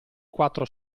quattro